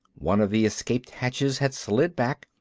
one of the escape hatches had slid back,